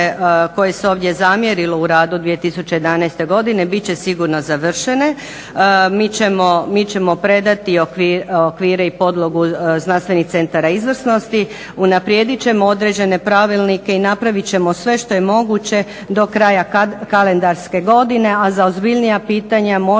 koje se ovdje zamjerilo u radu 2011. godine biti će sigurno završene. Mi ćemo predati okvire i podlogu Znanstvenih centara izvrsnosti, unaprijediti ćemo određene pravilnike i napraviti ćemo sve što je moguće do kraja kalendarske godine, a za ozbiljnija pitanja možda